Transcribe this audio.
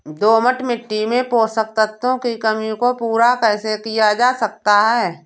दोमट मिट्टी में पोषक तत्वों की कमी को पूरा कैसे किया जा सकता है?